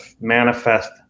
manifest